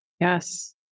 yes